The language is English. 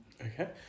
okay